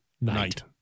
Night